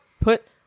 put